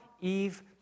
Eve